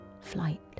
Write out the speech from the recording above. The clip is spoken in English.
flight